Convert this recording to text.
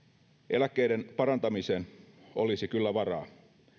eläkkeiden parantamiseen olisi kyllä varaa